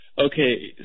Okay